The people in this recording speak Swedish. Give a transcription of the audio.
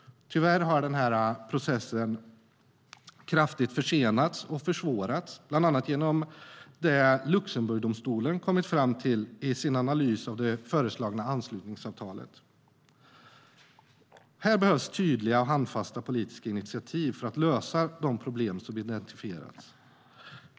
Tyvärr har processen kraftigt försenats och försvårats, bland annat genom det som Luxemburgdomstolen har kommit fram till i sin analys av det föreslagna anslutningsavtalet. Här behövs tydliga och handfasta politiska initiativ för att lösa de problem som identifierats.